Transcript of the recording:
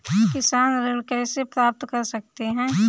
किसान ऋण कैसे प्राप्त कर सकते हैं?